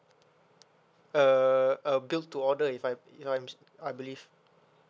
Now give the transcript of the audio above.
uh uh build to order if I'm I'm I believe